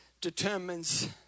determines